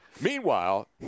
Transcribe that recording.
Meanwhile